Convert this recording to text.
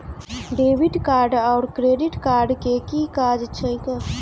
Debit card आओर credit card केँ की काज छैक?